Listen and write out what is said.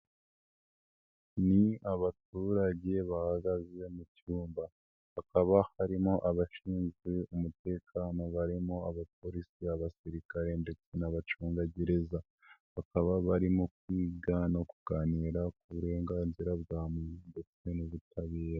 Ni abaturage bahagaze mu cyumba hakaba harimo abashinzwe umutekano barimo abapolisi, abasirikare ndetse n'abacungagereza, bakaba barimo kwiga no kuganira ku burenganzira bwa muntu ndetse n'ubutabera.